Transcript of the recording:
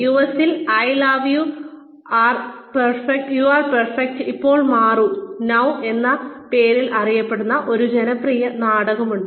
യുഎസിൽ 'I love you you are perfect ഇപ്പോൾ മാറൂ' 'I love you you are perfect now change' എന്ന പേരിൽ അറിയപ്പെടുന്ന ഒരു ജനപ്രിയ നാടകമുണ്ട്